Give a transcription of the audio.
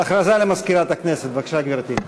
הודעה למזכירת הכנסת, בבקשה, גברתי.